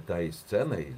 tai scenai